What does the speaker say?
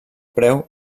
preu